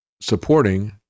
supporting